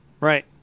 Right